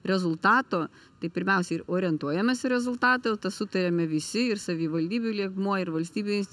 rezultato tai pirmiausia ir orientuojamies į rezultatą jau tą sutarėme visi ir savivaldybių lygmuo ir valstybinis